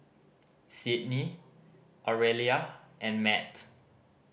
Sydni Aurelia and Matt